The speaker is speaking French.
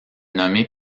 nommé